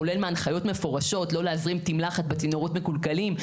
כולל מהנחיות מפורשות לא להזרים תמלחת בצינורות מקולקלים,